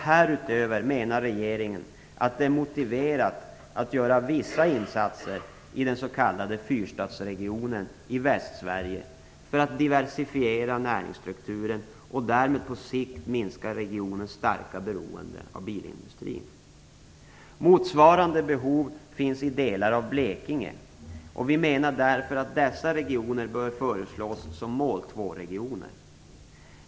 Härutöver menar regeringen att det är motiverat att göra vissa insatser i den s.k. fyrstadsregionen i Västsverige för att diversifiera näringsstrukturen och därmed på sikt minska regionens starka beroende av bilindustrin. Motsvarande behov finns i delar av Blekinge. Vi menar därför att dessa regioner bör föreslås som mål 2-regioner.